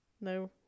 no